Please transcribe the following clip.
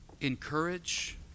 encourage